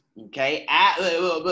Okay